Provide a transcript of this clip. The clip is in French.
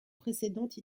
précédentes